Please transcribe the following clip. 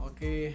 Okay